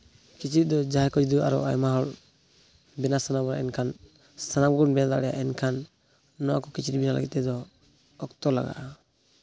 ᱠᱤᱪᱨᱤᱪ ᱫᱚ ᱡᱟᱦᱟᱸᱭ ᱠᱚ ᱡᱩᱫᱤ ᱟᱨᱚ ᱟᱭᱢᱟ ᱦᱚᱲ ᱵᱮᱱᱟᱣ ᱥᱟᱱᱟ ᱵᱚᱱᱟ ᱮᱱᱠᱷᱟᱱ ᱥᱟᱱᱟᱢ ᱠᱚᱵᱚᱱ ᱢᱮᱱᱫᱟᱲᱮᱭᱟᱜᱼᱟ ᱮᱱᱠᱷᱟᱱ ᱱᱚᱣᱟ ᱠᱚ ᱠᱤᱪᱨᱤᱡ ᱵᱮᱱᱟᱣ ᱞᱟᱹᱜᱤᱫ ᱛᱮᱫᱚ ᱚᱠᱛᱚ ᱞᱟᱜᱟᱜᱼᱟ